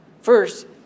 First